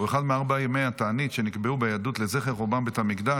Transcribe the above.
זהו אחד מארבעה ימי התענית שנקבעו ביהדות לזכר חורבן בית המקדש.